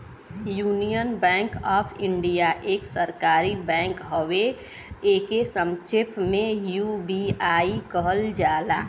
union Bank of India एक सरकारी bank हउवे एके संक्षेप में यू.बी.आई कहल जाला